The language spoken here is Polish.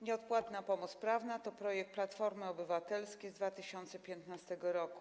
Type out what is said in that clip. Nieodpłatna pomoc prawna to projekt Platformy Obywatelskiej z 2015 r.